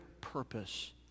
purpose